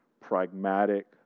pragmatic